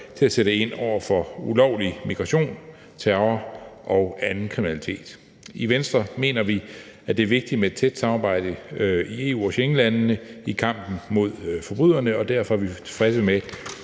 til at sætte ind over for ulovlig migration, terror og anden kriminalitet. I Venstre mener vi, at det er vigtigt med et tæt samarbejde i EU og Schengenlandene i kampen mod forbryderne, og derfor er vi tilfredse med,